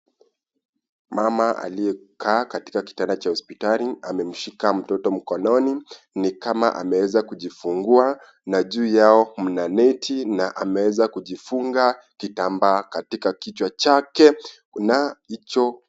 Mama aliyekaa katika kitanda cha hospitali amemshika mtoto mkononi ni kama ameweza kujifungua na juu yao mna neti na ameweza kujifunga kitambaa katika kichwa chake kuna hicho